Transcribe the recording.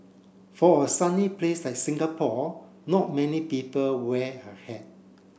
for a sunny place like Singapore not many people wear a hat